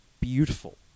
beautiful